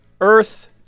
Earth